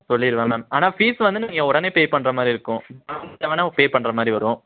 சொல்லிருவேன் மேம் ஆனால் ஃபீஸ் வந்து நீங்கள் உடனே பே பண்ணுற மாதிரி இருக்கும் பே பண்ணுற மாதிரி வரும்